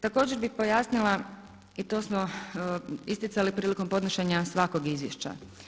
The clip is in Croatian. Također bih pojasnila i to smo isticali prilikom podnošenja svakog izvješća.